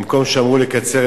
במקום שאמרו לקצר,